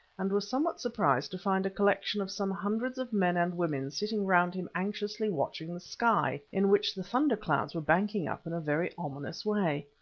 and was somewhat surprised to find a collection of some hundreds of men and women sitting round him anxiously watching the sky in which the thunder-clouds were banking up in a very ominous way.